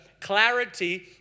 clarity